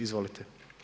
Izvolite.